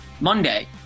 Monday